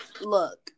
look